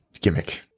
gimmick